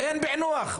אין פענוח.